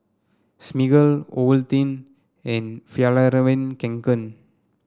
Smiggle Ovaltine and Fjallraven Kanken